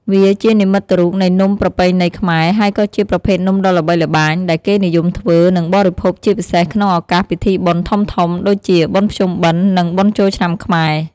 វាជានិមិត្តរូបនៃនំប្រពៃណីខ្មែរ ហើយក៏ជាប្រភេទនំដ៏ល្បីល្បាញ ដែលគេនិយមធ្វើ និងបរិភោគជាពិសេសក្នុងឱកាសពិធីបុណ្យធំៗ ដូចជា បុណ្យភ្ជុំបិណ្ឌ និង បុណ្យចូលឆ្នាំខ្មែរ។